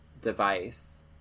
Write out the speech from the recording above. device